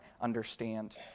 understand